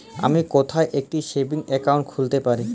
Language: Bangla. আমি কোথায় একটি সেভিংস অ্যাকাউন্ট খুলতে পারি?